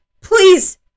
please